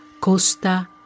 Costa